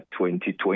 2020